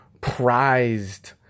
prized